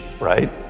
right